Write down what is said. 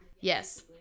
Yes